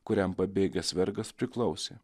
kuriam pabėgęs vergas priklausė